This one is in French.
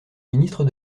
ministre